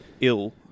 ill